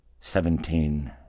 Seventeen